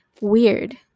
weird